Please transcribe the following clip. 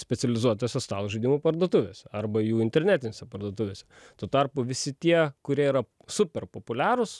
specializuotose stalo žaidimų parduotuvėse arba jų internetinėse parduotuvėse tuo tarpu visi tie kurie yra super populiarūs